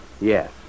Yes